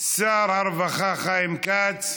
שר הרווחה חיים כץ,